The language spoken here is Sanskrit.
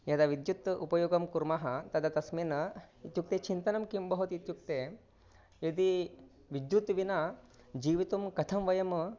यदा विद्युत् उपयोगं कुर्मः तदा तस्मिन् इत्युक्ते चिन्तनं किं भवति इत्युक्ते यदि विद्युत् विना जीवितुं कथं वयं